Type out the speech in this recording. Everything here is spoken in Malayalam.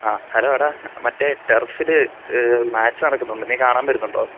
ആ ഹലോ എടാ മറ്റേ ടർഫിൽ മാച്ച് നടക്കുന്നുണ്ട് നീ കാണാൻ വരുന്നുണ്ടോ